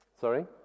Sorry